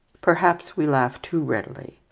perhaps we laugh too readily.